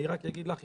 אני רק אגיד לך,